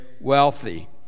wealthy